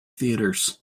theatres